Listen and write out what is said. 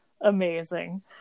amazing